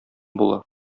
була